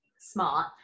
smart